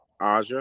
Aja